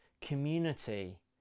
community